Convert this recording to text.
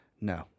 No